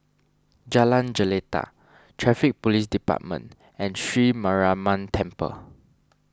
Jalan Jelita Traffic Police Department and Sri Mariamman Temple